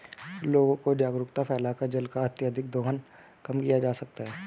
लोगों में जागरूकता फैलाकर जल का अत्यधिक दोहन कम किया जा सकता है